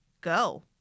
go